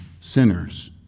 sinners